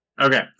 Okay